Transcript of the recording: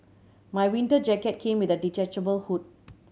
my winter jacket came with a detachable hood